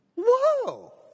Whoa